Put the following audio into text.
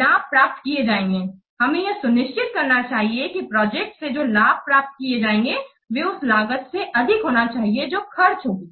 लाभ प्राप्त किए जाएंगे हमें यह सुनिश्चित करना चाहिए कि प्रोजेक्ट से जो लाभ प्राप्त किए जाएंगे वे उस लागत से अधिक होने चाहिए जो खर्च होगी